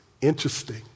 Interesting